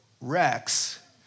Rex